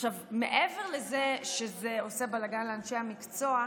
עכשיו, מעבר לזה שזה עושה בלגן לאנשי המקצוע,